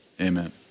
amen